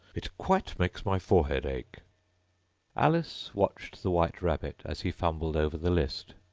it quite makes my forehead ache alice watched the white rabbit as he fumbled over the list,